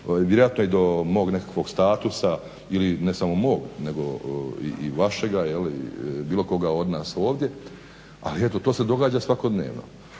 vjerojatno i do mog nekakvog statusa ili ne samo mog ili vašega ili bilo koga od nas ovdje ali eto to se događa svakodnevno.